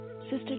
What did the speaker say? Sister